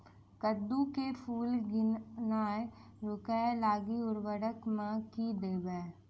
कद्दू मे फूल गिरनाय रोकय लागि उर्वरक मे की देबै?